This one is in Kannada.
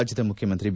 ರಾಜ್ಯದ ಮುಖ್ಯಮಂತ್ರಿ ಬಿ